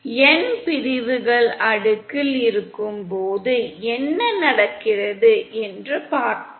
N பிரிவுகள் அடுக்கில் இருக்கும்போது என்ன நடக்கிறது என்று பார்ப்போம்